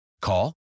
Call